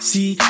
See